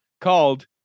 called